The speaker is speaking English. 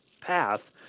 path